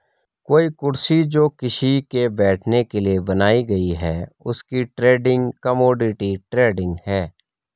कोई कुर्सी जो किसी के बैठने के लिए बनाई गयी है उसकी ट्रेडिंग कमोडिटी ट्रेडिंग है